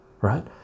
right